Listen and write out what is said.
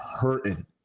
hurting